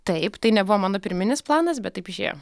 taip tai nebuvo mano pirminis planas bet taip išėjo